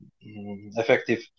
effective